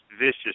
vicious